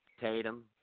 Tatum